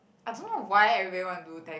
I don't know why everybody want to do teleportation